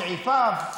סעיפיו,